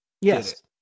Yes